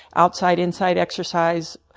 outside, inside exercise.